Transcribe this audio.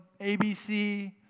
ABC